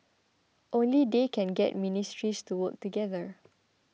only they can get ministries to work together